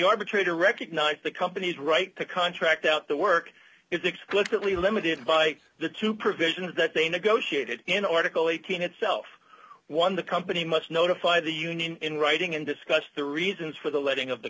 arbitrator recognized the company's right to contract out the work is explicitly limited by the two provisions that they negotiated in article eighteen itself one the company must notify the union in writing and discuss the reasons for the letting of the